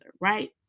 right